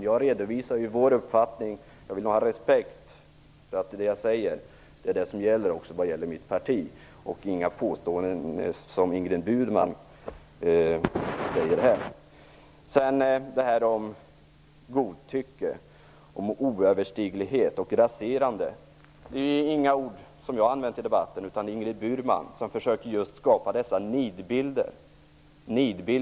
Jag redovisar vår uppfattning och vill mötas av respekt för att det som jag säger är det som gäller i fråga om mitt parti. Vad som gäller är alltså inte de påståenden som Ingrid Burman här gör. Sedan till detta med godtycke, oöverstiglighet och raserande. De orden har inte jag använt i debatten, utan Ingrid Burman försöker skapa nidbilder.